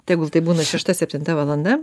tegul tai būna šešta septinta valanda